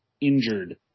injured